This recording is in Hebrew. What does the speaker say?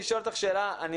שאלה,